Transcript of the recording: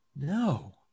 No